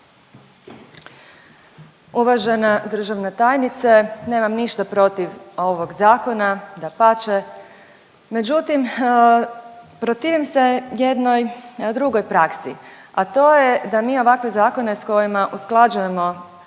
Uvažena državna tajnice, nemam ništa protiv ovog zakona, dapače, međutim protivim se jednoj drugoj praksi, a to je da mi ovakve zakone s kojima usklađujemo